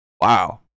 wow